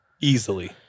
Easily